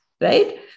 right